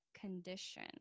condition